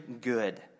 good